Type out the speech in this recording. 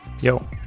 Yo